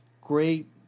great